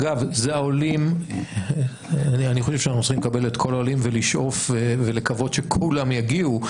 אני חושב שאנחנו צריכים לקבל את כל העולים ולשאוף ולקוות שכולם יגיעו,